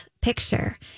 picture